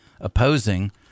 opposing